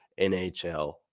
NHL